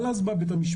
אבל אז בא בית-המשפט,